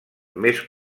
més